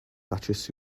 touches